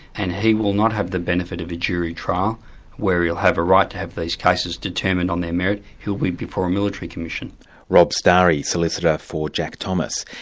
and he will not have the benefit of a jury trial where he'll have a right to have these cases determined on their merit, he'll be before a military commission rob stary, solicitor for jack thomas.